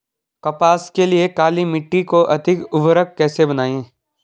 कपास के लिए काली मिट्टी को अधिक उर्वरक कैसे बनायें?